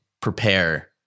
prepare